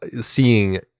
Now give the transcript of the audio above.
seeing